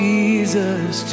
Jesus